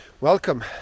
Welcome